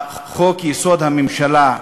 לחוק-יסוד: הממשלה,